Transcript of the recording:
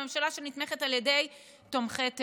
הממשלה שנתמכת על ידי תומכי טרור.